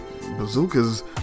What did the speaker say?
Bazooka's